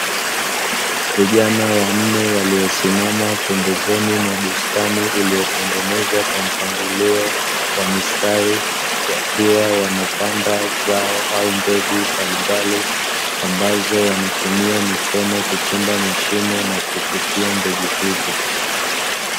Vijana wanne waliosimama pembezoni mwa bustani iliyotengenezwa kwa mpangilio wa mistari, wakiwa wanapanda zao au mbegu mbalimbali ambazo wanatumia mikono kuchimba mashimo na kufukia mbegu hizo.